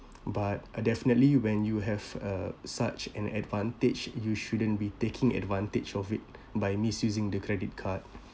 but definitely when you have a such an advantage you shouldn't be taking advantage of it by misusing the credit card